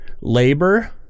labor